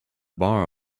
bar